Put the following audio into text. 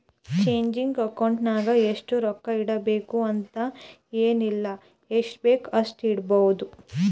checking account ನಾಗ್ ಇಷ್ಟೇ ರೊಕ್ಕಾ ಇಡಬೇಕು ಅಂತ ಎನ್ ಇಲ್ಲ ಎಷ್ಟಬೇಕ್ ಅಷ್ಟು ಇಡ್ಬೋದ್